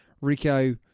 Rico